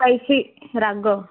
spicy ରାଗ